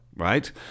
right